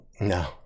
No